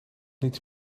niets